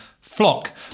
Flock